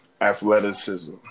athleticism